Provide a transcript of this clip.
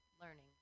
learning